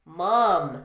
mom